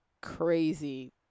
crazy